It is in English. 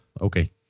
okay